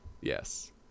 Yes